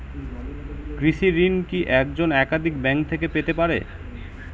কৃষিঋণ কি একজন একাধিক ব্যাঙ্ক থেকে পেতে পারে?